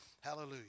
Hallelujah